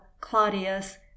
Claudius